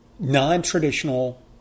Non-traditional